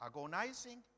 agonizing